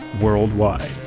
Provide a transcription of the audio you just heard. worldwide